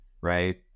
Right